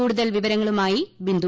കൂടുതൽ വിവരങ്ങളുമായി ബിന്ദു